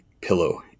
pillow